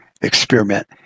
experiment